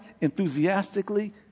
enthusiastically